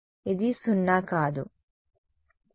విద్యార్థి మాకు eo వచ్చింది